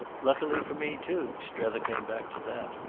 luckily for me too strether came back to that.